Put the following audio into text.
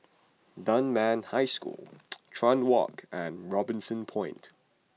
Dunman High School Chuan Walk and Robinson Point